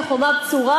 כחומה בצורה,